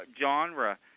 genre